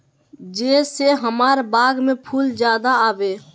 जे से हमार बाग में फुल ज्यादा आवे?